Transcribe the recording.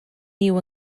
new